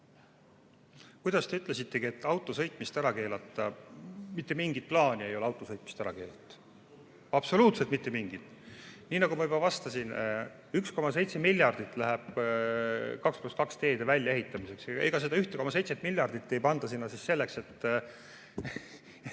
Kuidas te ütlesitegi – autoga sõitmist ära keelata? Mitte mingit plaani ei ole autoga sõitmist ära keelata. Absoluutselt mitte mingit! Nii nagu ma juba vastasin, 1,7 miljardit eurot läheb 2 + 2 teede väljaehitamiseks ja ega seda 1,7 miljardit ei panda sinna selleks, et